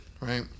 Right